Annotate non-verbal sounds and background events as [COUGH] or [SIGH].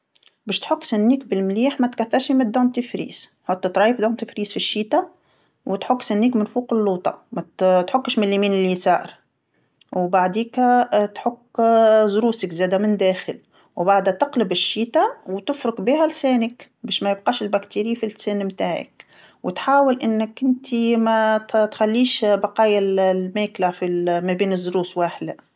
باش تحك سنيك بالمليح ماتكثرش من معجون الأسنان، حط طريف معجون الأسنان في الشيتا، وتحك سنيك من فوق اللوطا، مات- تحكش من اليمين لليسار، وبعديكا [HESITATION] تحك [HESITATION] ضروسك زاده من الداخل، وبعد تقلب الشيته وتفرك بيها لسانك باش ما يبقاش البكتيريا في اللسان متاعك، وتحاول أنك أنتي مات- تخليش بقايا ال-الماكلة في ما بين الضروس واحله.